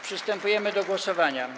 Przystępujemy do głosowania.